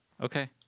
okay